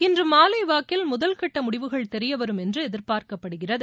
இன்று மாலைவாக்கில் முதல் கட்ட முடிவுகள் தெரியவரும் என்று எதிர்பார்க்கப்படுகிறது